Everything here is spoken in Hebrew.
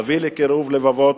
להביא לקירוב לבבות.